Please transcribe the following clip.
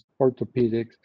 orthopedics